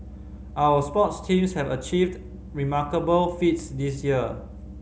our sports teams have achieved remarkable feats this year